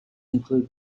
include